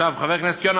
חבר הכנסת יונה,